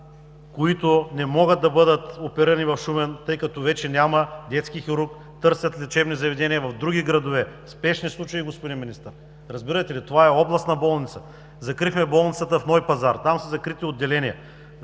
които не могат да бъдат оперирани в Шумен, тъй като вече няма детски хирург, търсят лечебни заведения в други градове. Спешни случаи, господин Министър! Разбирате ли, това е областна болница. Закрихме болницата в Нови Пазар, там са закрити отделения,